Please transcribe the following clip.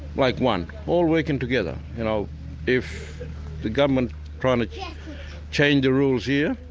like one, all working together. you know if the government trying to change the rules here,